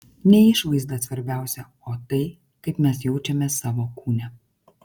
ne išvaizda svarbiausia o tai kaip mes jaučiamės savo kūne